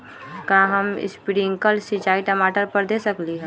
का हम स्प्रिंकल सिंचाई टमाटर पर दे सकली ह?